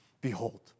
Behold